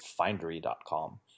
findery.com